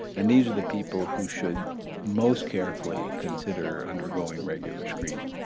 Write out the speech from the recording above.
and these are the people who should most carefully consider undergoing regular screening.